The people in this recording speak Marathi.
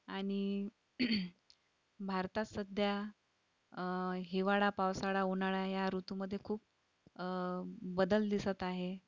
आणि भारतात सध्या हिवाळा पावसाळा उन्हाळा ह्या ऋतूमध्ये खूप बदल दिसत आहे